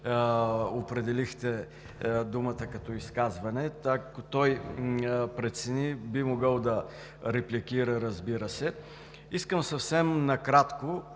ми давате думата за изказване. Ако той прецени, би могъл да репликира, разбира се. Искам съвсем накратко